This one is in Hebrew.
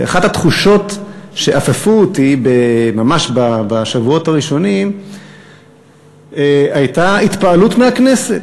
ואחת התחושות שאפפו אותי ממש בשבועות הראשונים הייתה התפעלות מהכנסת.